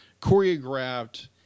choreographed